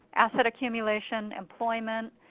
asset accumulation, employment,